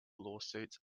lawsuits